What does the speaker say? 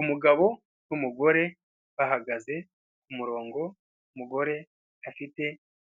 Umugabo numugore bahagaze ku murongo umugore afite